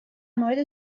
مورد